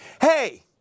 Hey